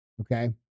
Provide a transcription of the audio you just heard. okay